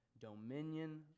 dominion